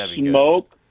smoke